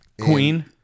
Queen